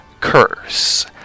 curse